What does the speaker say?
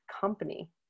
company